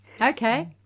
Okay